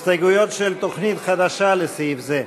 הסתייגויות של תוכנית חדשה לסעיף זה,